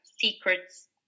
secrets